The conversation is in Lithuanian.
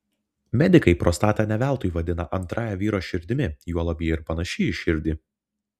medikai prostatą ne veltui vadina antrąja vyro širdimi juolab ji ir panaši į širdį